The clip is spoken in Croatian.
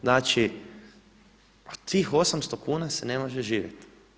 Znači od tih 800 kuna se ne može živjeti.